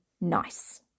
nice